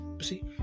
see